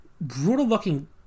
brutal-looking